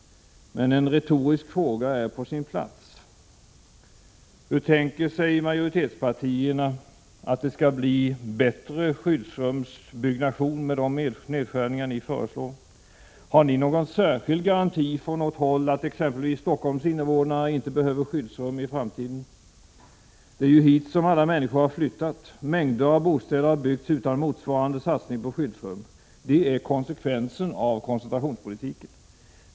Men en retorisk fråga är på sin plats: Hur tänker sig majoritetspartierna att det skall bli en bättre skyddsrumsbyggnation med de nedskärningar ni föreslår? Har ni någon särskild garanti från något håll att exempelvis Stockholms invånare inte behöver skyddsrum i framtiden? Det är ju hit som alla människor har flyttat. Mängder av bostäder har byggts utan motsvarande satsning på skyddsrum — det är konsekvensen av koncentrationspolitiken.